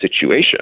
situation